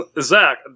Zach